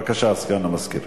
בבקשה, סגן המזכיר.